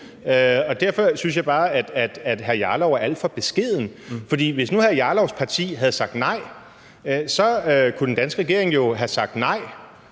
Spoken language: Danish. og derfor synes jeg bare, at hr. Rasmus Jarlov er alt for beskeden, for hvis nu hr. Rasmus Jarlovs parti havde sagt nej, kunne den danske regering jo have sagt nej,